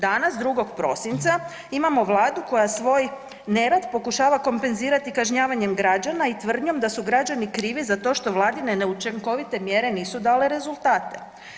Danas 2. prosinca imamo Vladu koja svoj nerad pokušava kompenzirati kažnjavanjem građana i tvrdnjom da su građani krivi za to što Vladine neučinkovite mjere nisu dale rezultate.